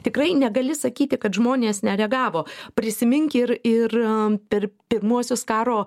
tikrai negali sakyti kad žmonės nereagavo prisimink ir ir per pirmuosius karo